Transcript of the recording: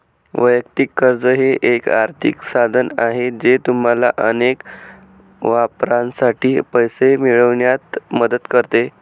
वैयक्तिक कर्ज हे एक आर्थिक साधन आहे जे तुम्हाला अनेक वापरांसाठी पैसे मिळवण्यात मदत करते